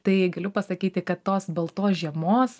tai galiu pasakyti kad tos baltos žiemos